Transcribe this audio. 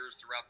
throughout